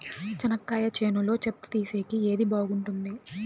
చెనక్కాయ చేనులో చెత్త తీసేకి ఏది బాగుంటుంది?